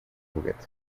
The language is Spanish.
juguete